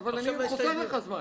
אבל אני חוסך לך זמן.